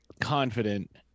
confident